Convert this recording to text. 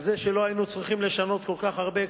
על זה שלא היינו צריכים לשנות כל כך הרבה,